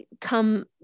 come